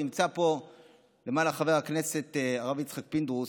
נמצא פה למעלה חבר הכנסת הרב יצחק פינדרוס,